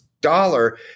dollar